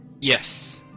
Yes